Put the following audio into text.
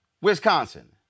Wisconsin